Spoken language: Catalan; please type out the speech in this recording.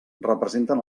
representen